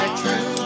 true